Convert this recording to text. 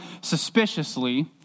suspiciously